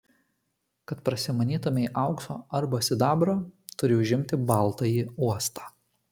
kad prasimanytumei aukso arba sidabro turi užimti baltąjį uostą